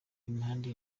imihanda